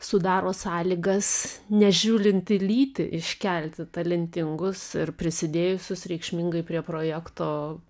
sudaro sąlygas nežiūrint į lytį iškelti talentingus ir prisidėjusius reikšmingai prie projekto